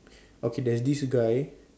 okay there's this guy